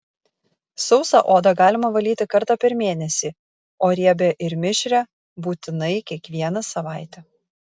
sausą odą galima valyti kartą per mėnesį o riebią ir mišrią būtinai kiekvieną savaitę